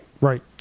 Right